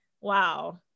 wow